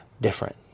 different